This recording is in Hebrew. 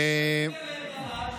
אולי תגנה את הנהג